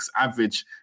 average